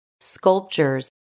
sculptures